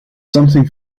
something